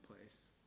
place